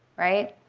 right,